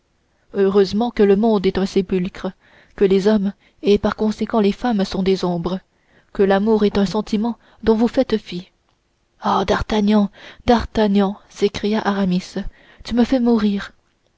heureusement que le monde est un sépulcre que les hommes et par conséquent les femmes sont des ombres que l'amour est un sentiment dont vous faites fi ah d'artagnan d'artagnan s'écria aramis tu me fais mourir